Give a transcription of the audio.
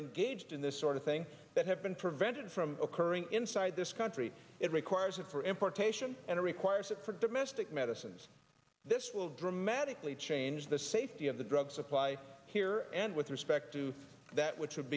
engaged in this sort of thing that have been prevented from occurring inside this country it requires it for importation and requires it for domestic medicines this will dramatically change the safety of the drug supply here and with respect to that which would